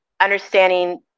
understanding